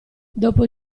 dopo